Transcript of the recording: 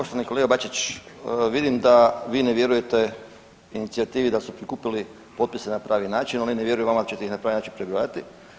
Poštovani kolega Bačić, vidim da i ne vjerujete inicijativi da su prikupili potpise na pravi način, oni ne vjeruju vama da ćete ih na pravi način prebrojati.